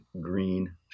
green